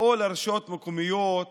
או רשויות מקומיות